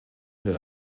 her